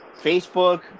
Facebook